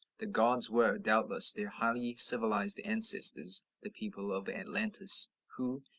the gods were, doubtless, their highly civilized ancestors the people of atlantis who,